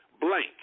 blank